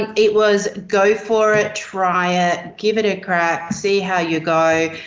it it was go for it, try it, give it a crack, see how you go,